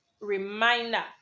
reminder